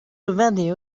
revenue